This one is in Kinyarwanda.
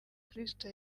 kristo